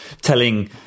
telling